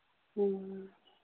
हाँ